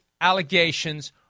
allegations